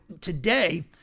today